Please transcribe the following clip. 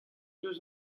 deus